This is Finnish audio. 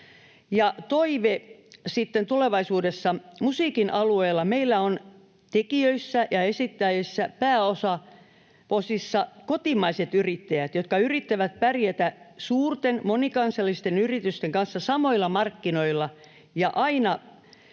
sitten tulevaisuudessa: musiikin alueella meillä on tekijöissä ja esittäjissä pääosin kotimaiset yrittäjät, jotka yrittävät pärjätä suurten monikansallisten yritysten kanssa samoilla markkinoilla, ja aina